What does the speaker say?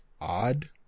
odd